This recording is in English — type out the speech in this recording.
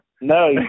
No